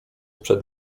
przed